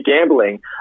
gambling